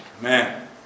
Man